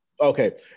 Okay